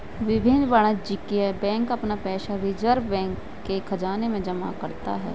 विभिन्न वाणिज्यिक बैंक अपना पैसा रिज़र्व बैंक के ख़ज़ाने में जमा करते हैं